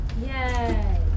Yay